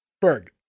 Berg